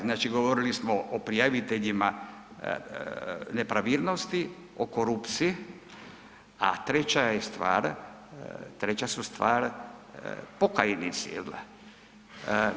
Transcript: Znači govorili smo o prijaviteljima nepravilnosti o korupciji, a treća je stvar, treća su stvar pokajnici, jel da.